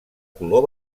color